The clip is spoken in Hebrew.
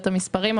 המספרים.